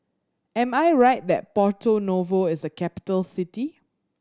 am I right that Porto Novo is a capital city